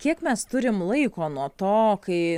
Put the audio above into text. kiek mes turim laiko nuo to kai